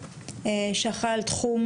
שאחראי על תחום